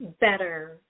better